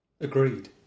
Agreed